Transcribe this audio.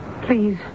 Please